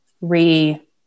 re